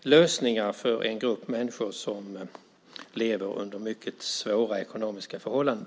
lösningar för en grupp människor som lever under mycket svåra ekonomiska förhållanden.